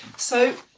so